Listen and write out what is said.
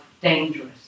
dangerous